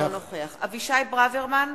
אינו נוכח אבישי ברוורמן,